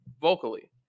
vocally